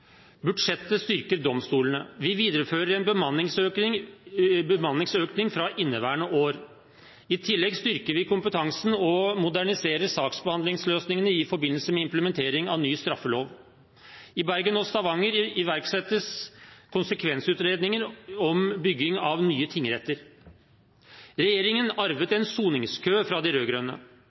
Budsjettet styrker domstolene. Vi viderefører en bemanningsøkning fra inneværende i år. I tillegg styrker vi kompetansen og moderniserer saksbehandlingsløsningene i forbindelse med implementering av ny straffelov. I Bergen og Stavanger igangsettes konsekvensutredninger om bygging av nye tingretter. Regjeringen arvet en soningskø fra de